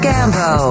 Gambo